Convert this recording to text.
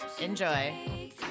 Enjoy